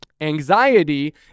Anxiety